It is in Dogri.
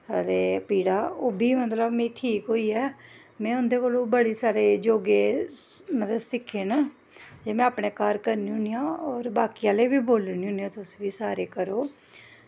पीड़ां मतलब ओह् बी ठीक होई ऐ में उं'दे कोला दा बड़े सारे मतलब योगे सिक्खे न में अपने घर करनी होन्नी आं होर अपने घर बी बोलनी होन्नी आं कि तुस बी बी सारे करो